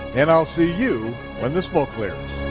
and i'll see you when the smoke clears.